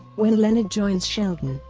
when leonard joins sheldon,